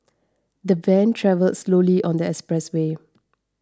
the van travelled slowly on the expressway